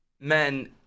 men